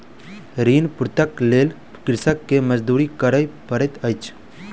ऋण पूर्तीक लेल कृषक के मजदूरी करअ पड़ैत अछि